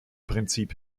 prinzip